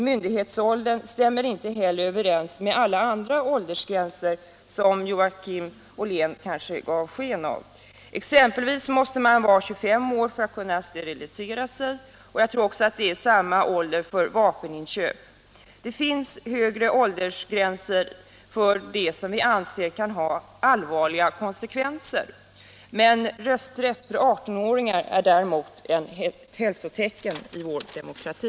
Myndighetsåldern stämmer inte heller överens med alla andra åldersgränser, som Joakim Ollén gav sken av. Exempelvis måste man vara 25 år för att låta sterilisera sig. Jag tror också att det är samma ålder för vapeninköp. Det finns alltså högre ål dersgränser för sådant som vi anser kan få allvarliga konsekvenser. Rösträtt för 18-åringar är däremot ett hälsotecken i vår demokrati.